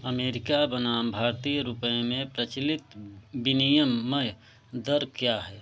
America बनाम भारतीय रुपये में प्रचलित विनियमय दर क्या है